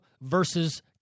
versus